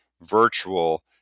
virtual